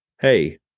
Hey